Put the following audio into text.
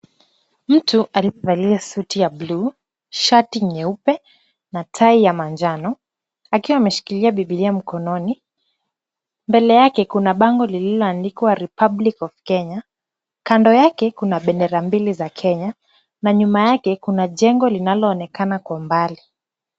Mtu aliyevalia suti ya buluu, shati nyeupe na tai ya manjano, akiwa ameshikilia Bibilia mkononi. Mbele yake kuna bango lililoandikwa Republic of Kenya, kando yake kuna bendera mbili za Kenya na nyuma yake kuna jengo linaloonekana kwa mbali.